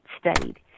studied